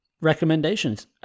recommendations